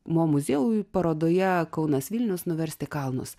mo muziejuj parodoje kaunas vilnius nuversti kalnus